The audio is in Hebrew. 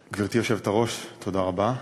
היושבת-ראש, תודה רבה,